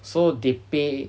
so they pay